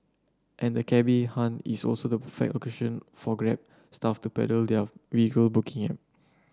and the cabby haunt is also the perfect location for grab staff to peddle their vehicle booking